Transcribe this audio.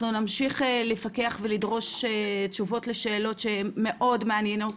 אנחנו נמשיך לפקח ולדרוש תשובות לשאלות שמאוד מעניינות